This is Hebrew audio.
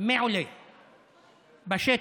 מעולה בשטח: